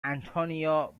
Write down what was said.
antonio